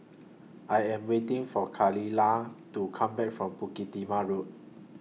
I Am waiting For Khalilah to Come Back from Bukit Timah Road